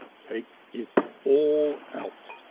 take it all out,